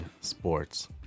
sports